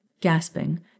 Gasping